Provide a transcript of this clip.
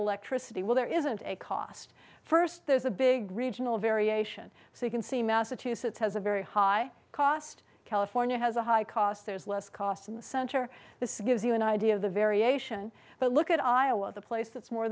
electricity well there isn't a cost first there's a big regional variation so you can see massachusetts has a very high cost california has a high cost there's less cost in the center this gives you an idea of the variation but look at iowa the place that's more